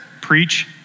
Preach